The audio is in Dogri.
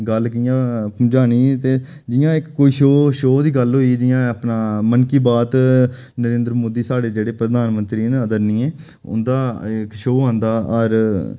गल्ल कि'यां पजानी ते जि'यां इक किश शोऽ शोऽ दी गल्ल होई जि'यां अपना 'मन की बात' नरेंद्र मोदी साढ़े जेह्ड़े प्रधानमंत्री न आदरणीय उं'दा इक शोऽ औंदा हर